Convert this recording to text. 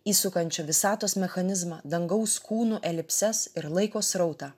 įsukančio visatos mechanizmą dangaus kūnų elipses ir laiko srautą